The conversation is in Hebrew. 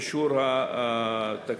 אישור התקציב.